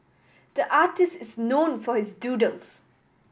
the artist is known for his doodles